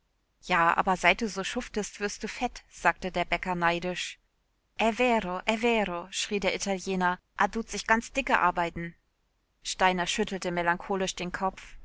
ja aber seit du so schuftest wirst du fett sagte der bäcker neidisch e vero vero schrie der italiener a dutt sich ganz dicke arbeiden steiner schüttelte melancholisch den kopf